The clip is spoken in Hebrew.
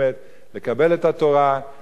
לקבל את התורה בשמחה,